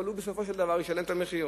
אבל הוא בסופו של דבר ישלם את המחיר.